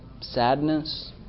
sadness